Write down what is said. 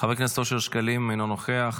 חבר הכנסת אושר שקלים, אינו נוכח,